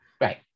right